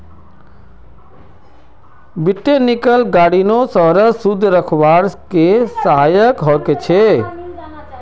botanical गार्डनो शहरक शुद्ध रखवार के सहायक ह छेक